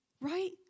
Right